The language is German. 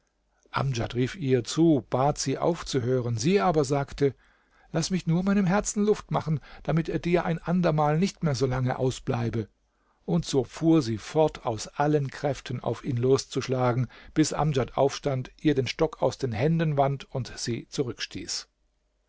rief ihr zu bat sie aufzuhören sie aber sagte laß mich nur meinem herzen luft machen damit er dir ein andermal nicht mehr so lange ausbleibe und so fuhr sie fort aus allen kräften auf ihn loszuschlagen bis amdjad aufstand ihr den stock aus den händen wand und sie